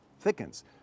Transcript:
thickens